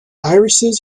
irises